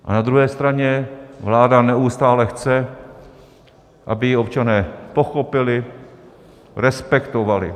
A na druhé straně vláda neustále chce, aby ji občané pochopili, respektovali.